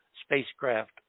spacecraft